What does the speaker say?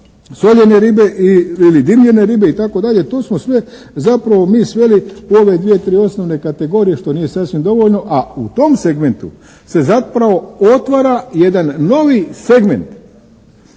soljene ribe ili dimljene ribe itd. To smo sve zapravo mi sveli u ove dvije, tri osnovne kategorije što nije sasvim dovoljno, a u tom segmentu se zapravo otvara jedan novi segment